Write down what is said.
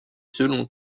selon